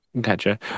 gotcha